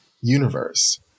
universe